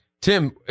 tim